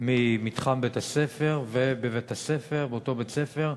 ממתחם בית-הספר, ובבית-הספר, באותו בית-ספר,